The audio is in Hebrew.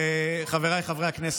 חבריי חברי הכנסת,